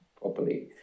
properly